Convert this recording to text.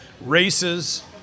races